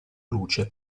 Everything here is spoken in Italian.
luce